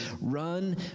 run